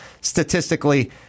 statistically